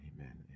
Amen